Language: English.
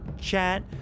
chat